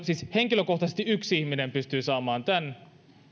siis henkilökohtaisesti yksi ihminen pystyy saamaan tämän mutta